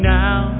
now